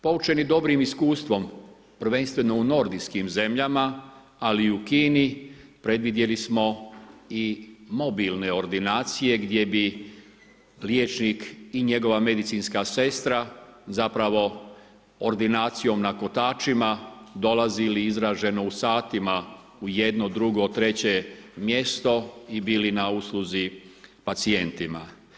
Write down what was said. Poučeni dobrim iskustvom, prvenstveno u Nordijskim zemljama, ali i u Kini, predvidjeli smo i mobilne ordinacije gdje bi liječnik i njegova medicinska sestra zapravo ordinacijom na kotačima dolazili izraženo u satima u jedno, drugo, treće mjesto i bili na usluzi pacijentima.